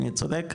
אני צודק?